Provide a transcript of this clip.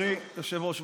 בסדר, אין צורך.